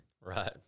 right